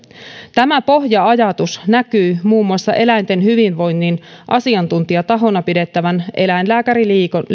tämä pohja ajatus näkyy muun muassa eläinten hyvinvoinnin asiantuntijatahona pidettävän eläinlääkäriliiton